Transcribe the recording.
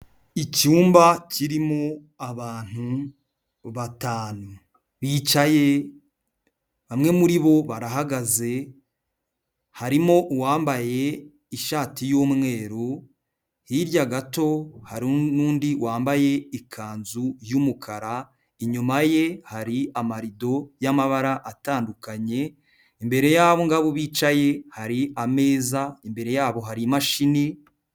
Icyumba kirimo abantu batanu bicaye, bamwe muri bo barahagaze, harimo uwambaye ishati y'umweru, hirya gato hari n'undi wambaye ikanzu y'umukara, inyuma ye hari amarido y'amabara atandukanye, imbere y'abo ngabo bicaye hari ameza, imbere yabo hari imashini.